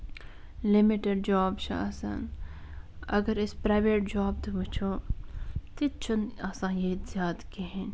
limited job چھِ آسان اَگر أسۍ پرٛایویٹ جاب تہِ وُچھو تَتہِ چھُنہٕ آسان ییٚتہِ زیٛادٕ کِہیٖنٛۍ